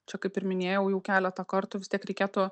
čia kaip ir minėjau jau keletą kartų vis tiek reikėtų